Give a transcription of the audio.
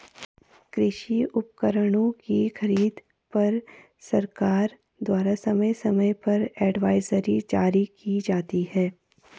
कृषि उपकरणों की खरीद पर सरकार द्वारा समय समय पर एडवाइजरी जारी की जाती है